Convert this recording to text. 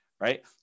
Right